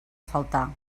faltar